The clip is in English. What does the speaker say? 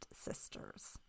sisters